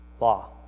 Law